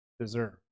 deserve